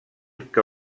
que